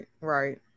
right